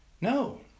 No